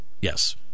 Yes